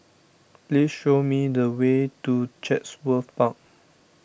please show me the way to Chatsworth Park